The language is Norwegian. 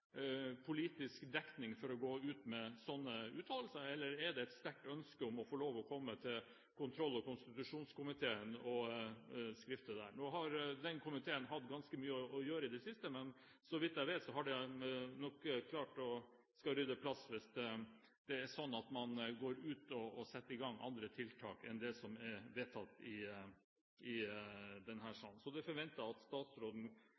politisk dekning for å gå ut med slike uttalelser, eller om det er et sterkt ønske om å få komme til kontroll- og konstitusjonskomiteen og skrifte der. Nå har den komiteen hatt ganske mye å gjøre i det siste, men så vidt jeg vet, hadde de nok klart å rydde plass hvis det er slik at man går ut og setter i gang andre tiltak enn det som er vedtatt i denne salen. Jeg forventer at statsråden